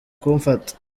kumfata